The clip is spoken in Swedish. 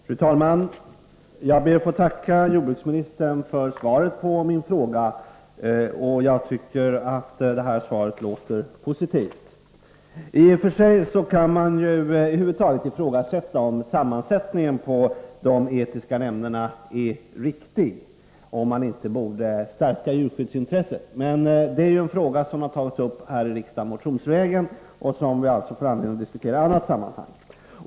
Fru talman! Jag ber att få tacka jordbruksministern för svaret på min fråga. Jag tycker att svaret låter positivt. I och för sig kan man ju ifrågasätta om sammansättningen av de etiska nämnderna över huvud taget är riktig och om man inte borde stärka djurskyddsintresset. Men detta är en fråga som har tagits upp här i riksdagen motionsvägen och som vi alltså får anledning att diskutera i annat sammanhang.